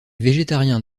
végétarien